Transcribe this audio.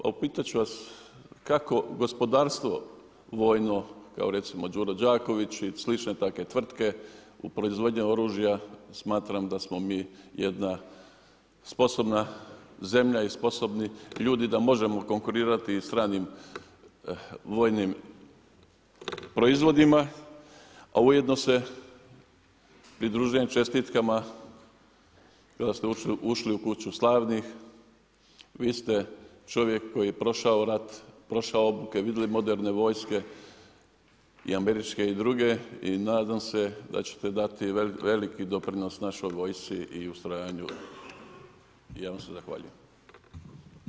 A upitat ću vas kako gospodarstvo vojno kao recimo Đuro Đaković i slične takve tvrtke u proizvodnji oružja, smatram dasmo mi jedna sposobna zemlja i sposobni ljudi da možemo konkurirati i stranim vojnim proizvodima a ujedno se pridružujem čestitkama kada ste ušli u Kuću slavnih, vi ste čovjek koji je prošao rat, prošao obuke, vidjeli moderne vojske i američke i druge i nadam se da ćete dati veliki doprinos našoj vojsci i ustrajanju i ja vam se zahvaljujem.